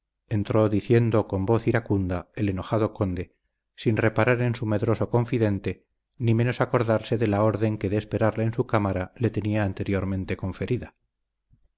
entró diciendo con voz iracunda el enojado conde sin reparar en su medroso confidente ni menos acordarse de la orden que de esperarle en su cámara le tenía anteriormente conferida